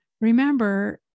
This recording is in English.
remember